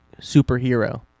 superhero